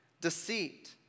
deceit